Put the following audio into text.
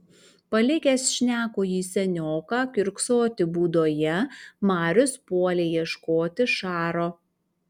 palikęs šnekųjį senioką kiurksoti būdoje marius puolė ieškoti šaro